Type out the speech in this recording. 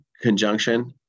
conjunction